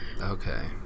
okay